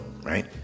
right